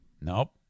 Nope